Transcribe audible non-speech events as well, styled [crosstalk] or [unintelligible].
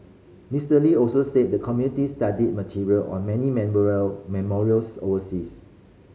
Mister Lee also said the committee studied material on many [unintelligible] memorials overseas